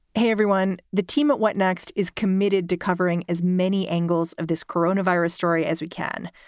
hey, everyone. the team at what next is committed to covering as many angles of this coronavirus story as we can.